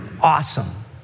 Awesome